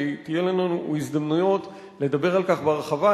שיהיו לנו הזדמנויות לדבר על כך בהרחבה,